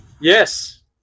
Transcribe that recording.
Yes